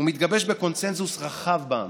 מתגבש בקונסנזוס רחב בעם,